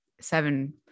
Seven